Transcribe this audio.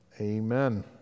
Amen